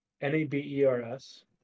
N-A-B-E-R-S